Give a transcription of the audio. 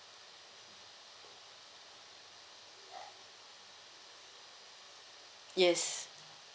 yes